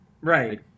Right